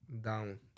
down